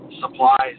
supplies